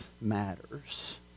matters